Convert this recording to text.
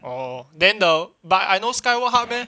orh then the but I no skyward harp eh